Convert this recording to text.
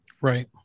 Right